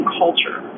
culture